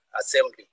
Assembly